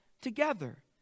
together